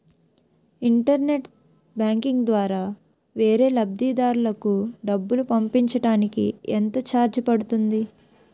Internet banking ద్వారా వేరే లబ్ధిదారులకు డబ్బులు పంపించటానికి ఎంత ఛార్జ్ పడుతుంది?